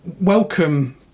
welcome